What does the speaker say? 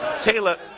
Taylor